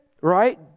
right